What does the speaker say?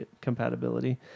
compatibility